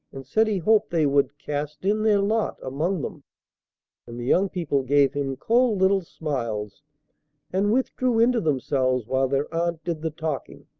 and said he hoped they would cast in their lot among them and the young people gave him cold little smiles and withdrew into themselves while their aunt did the talking.